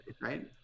right